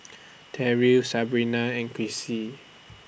Terrill Sabina and Krissy